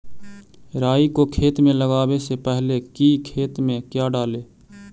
राई को खेत मे लगाबे से पहले कि खेत मे क्या डाले?